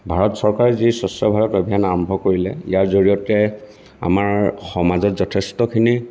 ভাৰত চৰকাৰে যি স্বচ্ছ ভাৰত অভিযান আৰম্ভ কৰিলে ইয়াৰ জৰিয়তে আমাৰ সমাজত যথেষ্টখিনি